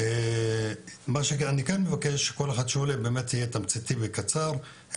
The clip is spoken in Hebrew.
אני מבקש שכל אחד שעולה יהיה תמציתי וקצר.